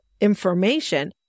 information